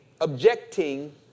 objecting